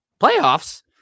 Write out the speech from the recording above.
playoffs